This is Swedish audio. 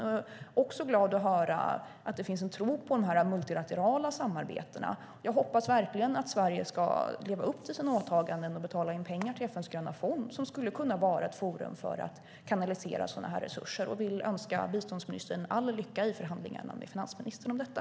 Jag är också glad att höra att det finns en tro på de multilaterala samarbetena, och jag hoppas verkligen att Sverige ska leva upp till sina åtaganden och betala in pengar till FN:s gröna fond som skulle kunna vara ett forum för att kanalisera sådana här resurser. Jag vill därför önska biståndsministern all lycka i förhandlingarna med finansministern om detta.